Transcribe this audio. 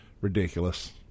Ridiculous